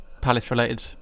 Palace-related